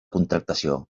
contractació